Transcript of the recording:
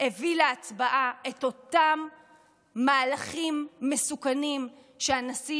הביא להצבעה את אותם מהלכים מסוכנים שהנשיא